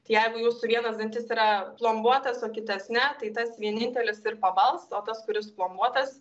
tai jeigu jūsų vienas dantis yra plombuotas o kitas ne tai tas vienintelis ir pabals o tas kuris plombuotas